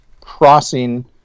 crossing